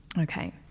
Okay